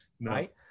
Right